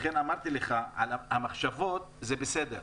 לכן אמרתי לך שמחשבות זה בסדר,